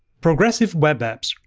progressive web apps,